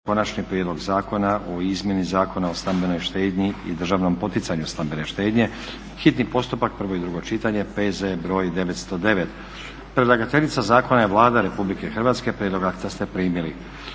Konačni prijedlog Zakona o izmjeni Zakona o stambenoj štednji i državnom poticanju stambene štednje, hitni postupak, prvo i drugo čitanje, P.Z. br. 909. Predlagateljica je Vlada RH. Prijedlog akta ste primili.